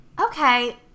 okay